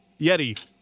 Yeti